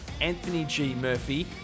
anthonygmurphy